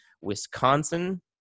Wisconsin